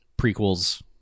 prequels